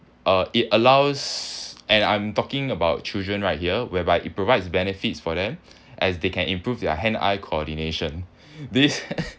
uh it allows and I'm talking about children right here whereby it provides benefits for them as they can improve their hand eye coordination these